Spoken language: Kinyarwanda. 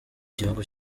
gihugu